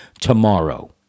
tomorrow